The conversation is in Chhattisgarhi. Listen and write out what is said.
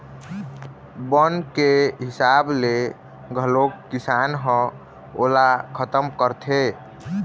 बन के हिसाब ले घलोक किसान ह ओला खतम करथे